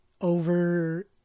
over